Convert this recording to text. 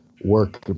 work